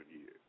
years